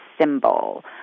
symbol